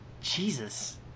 Jesus